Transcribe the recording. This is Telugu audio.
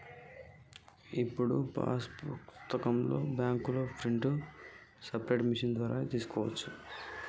రంగయ్య మన పొదుపు ఖాతాలోని లావాదేవీలను బ్యాంకులో అడిగితే పాస్ పుస్తకాల్లో ప్రింట్ చేసి ఇస్తారు